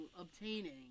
obtaining